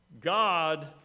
God